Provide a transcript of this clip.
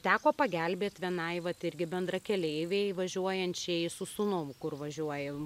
teko pagelbėt vienai vat irgi bendrakeleivei važiuojančiai su sūnumi kur važiuojam